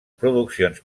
produccions